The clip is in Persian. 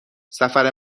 سفر